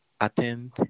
attend